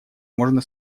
можно